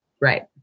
Right